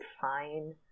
fine